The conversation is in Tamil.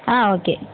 ஆ ஓகே